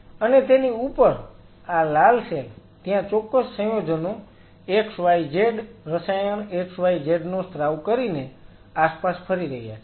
અને તેની ઉપર આ લાલ સેલ ત્યાં ચોક્કસ સંયોજનો xyz રસાયણ xyz નો સ્ત્રાવ કરીને આસપાસ ફરી રહ્યા છે